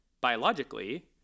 biologically